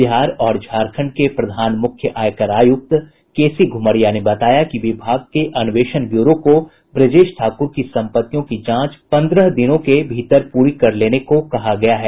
बिहार और झारखण्ड के प्रधान मुख्य आयकर आयुक्त के सी घुमरिया ने बताया कि विभाग के अन्वेषण ब्यूरो को ब्रजेश ठाकूर की संपत्तियों की जांच पंद्रह दिनों के भीतर पूरी कर लेने को कहा गया है